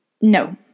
No